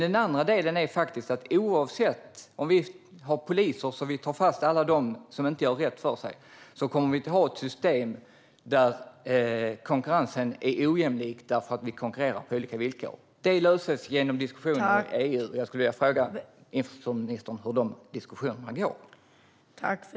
Den andra delen handlar om att oavsett om vi har poliser som tar fast alla dem som inte gör rätt för sig kommer vi att ha ett system där konkurrensen är ojämlik eftersom vi konkurrerar på olika villkor. Detta löses genom diskussioner inom EU, och jag skulle vilja fråga infrastrukturministern hur dessa diskussioner går.